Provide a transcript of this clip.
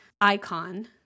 icon